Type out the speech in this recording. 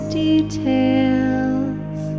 details